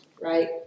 right